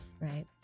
Right